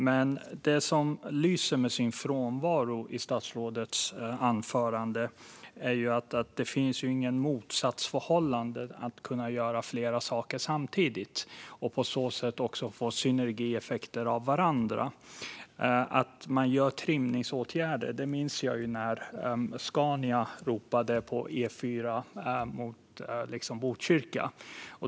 Men något lyser med sin frånvaro i statsrådets anförande: Det finns inget motsatsförhållande i att kunna göra fler saker samtidigt och på så sätt också få synergieffekter. När det gäller att göra trimningsåtgärder minns jag när Scania ropade på E4 mot Botkyrka.